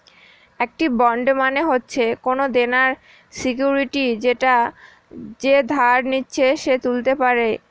একটি বন্ড মানে হচ্ছে কোনো দেনার সিকুইরিটি যেটা যে ধার নিচ্ছে সে তুলতে পারে